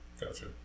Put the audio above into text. Gotcha